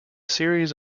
series